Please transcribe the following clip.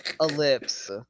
Ellipse